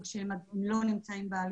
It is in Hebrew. וכמובן שמיכל וונש שגם הגישה,